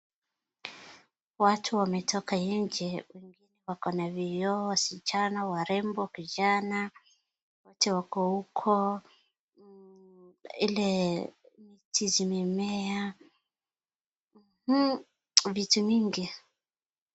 Watu wametoka nje, wengine wako na vioo, wasichana warembo, kijana, wote wako huko, ile miti zime mea vitu mingi.